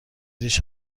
ریش